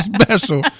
special